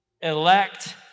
Elect